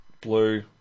blue